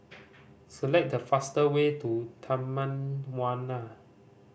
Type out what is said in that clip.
select the fast way to Taman Warna